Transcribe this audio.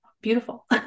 beautiful